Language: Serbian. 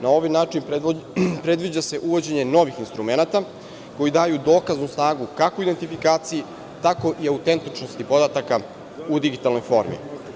Na ovaj način predviđa se uvođenje novih instrumenata koji daju dokaznu snagu, kako identifikaciji tako i autentičnosti podataka u digitalnoj formi.